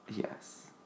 Yes